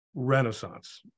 renaissance